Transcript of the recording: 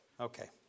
Okay